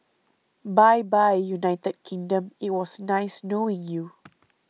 bye bye United Kingdom it was nice knowing you